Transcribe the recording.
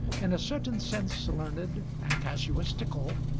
in a certain sense learned and casuistical,